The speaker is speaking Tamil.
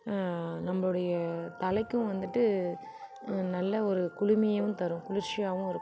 நம்பளுடைய தலைக்கும் வந்துட்டு நல்ல ஒரு குளிமையும் தரும் குளிர்ச்சியாகவும் இருக்கும்